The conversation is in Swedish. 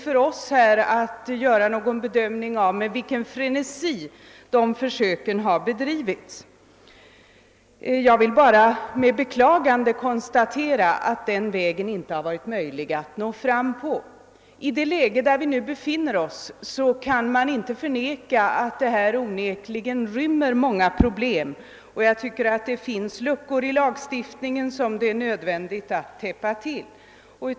För oss har det inte varit möjligt att bedöma med vilken frenesi man försökt få till stånd sådana avtal. Jag vill bara med beklagande konstatera att det inte varit möjligt att gå fram på denna väg. I det läge där vi nu befinner oss kan det inte förnekas att den fråga vi nu diskuterar rymmer många problem, och att det finns luckor i lagstiftningen som det är nödvändigt att täppa till.